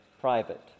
private